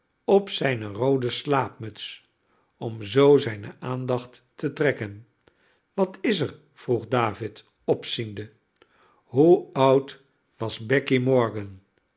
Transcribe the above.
op zijne roode slaapmuts om zoo zijne aandacht te trekken wat is er vroeg david opziende hoe oud was becky morgan